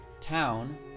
town